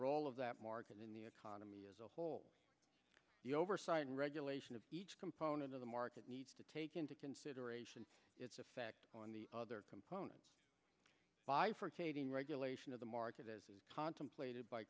role of that market in the economy as a whole the oversight and regulation of each component of the market needs to take into consideration its effect on the other components bifurcating regulation of the market as a contemplated by